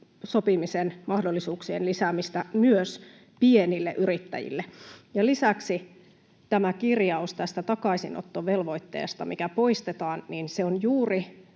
sopimisen mahdollisuuksien lisäämistä myös pienille yrittäjille. Ja lisäksi tämä kir-jaus tästä takaisinottovelvoitteesta, mikä poistetaan, on juuri